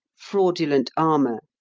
fraudulent armour,